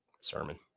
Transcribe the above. Sermon